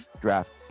draft